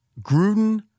Gruden